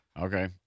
Okay